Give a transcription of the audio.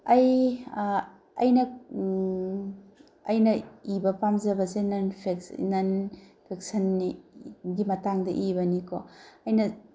ꯑꯩ ꯑꯩꯅ ꯑꯩꯅ ꯏꯕ ꯄꯥꯝꯖꯕꯁꯦ ꯅꯟ ꯅꯟ ꯐꯤꯛꯁꯟꯅꯤ ꯒꯤ ꯃꯇꯥꯡꯗ ꯏꯕꯅꯤꯀꯣ ꯑꯩꯅ